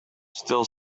still